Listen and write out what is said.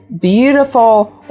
beautiful